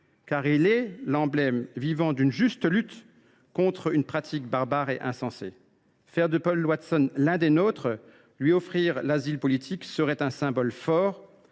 Il est l’emblème vivant d’une juste lutte contre une pratique barbare et insensée. Faire de Paul Watson l’un des nôtres, lui offrir l’asile politique serait un symbole fort